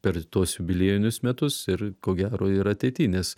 per tuos jubiliejinius metus ir ko gero ir ateity nes